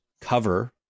cover